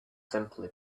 simply